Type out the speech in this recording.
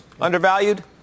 Undervalued